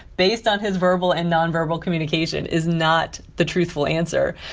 based on his verbal and nonverbal communication, is not the truthful answer,